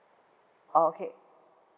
okay